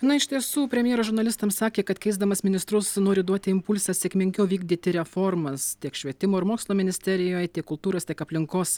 na iš tiesų premjeras žurnalistams sakė kad keisdamas ministrus nori duoti impulsą sėkmingiau vykdyti reformas tiek švietimo ir mokslo ministerijoje tiek kultūros tiek aplinkos